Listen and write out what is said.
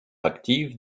active